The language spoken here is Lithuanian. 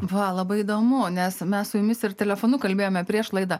va labai įdomu nes mes su jumis ir telefonu kalbėjome prieš laidą